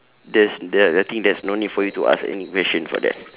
there's there I think there is no need for you to ask any question for that